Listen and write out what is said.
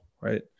Right